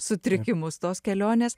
sutrikimus tos kelionės